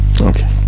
Okay